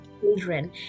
children